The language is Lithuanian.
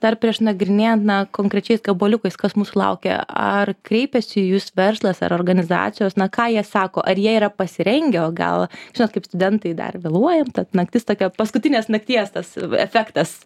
dar prieš nagrinėjan na konkrečiais gabaliukais kas mūsų laukia ar kreipėsi į jus verslas ar organizacijos na ką jie sako ar jie yra pasirengę o gal žinot kaip studentai dar vėluojam tad naktis tokia paskutinės nakties tas efektas